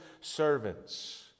servants